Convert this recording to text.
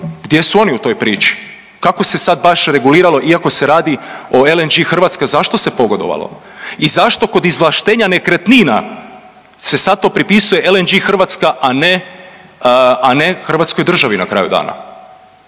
Gdje su oni u toj priči? Kako se sad baš reguliralo, iako se radi o LNG Hrvatska, zašto se pogodovalo i zašto kod izvlaštenja nekretnina se sad to pripisuje LNG Hrvatska, a ne Hrvatskoj državi na kraju dana?